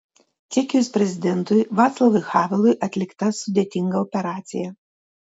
čekijos prezidentui vaclavui havelui atlikta sudėtinga operacija